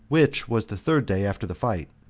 which was the third day after the fight.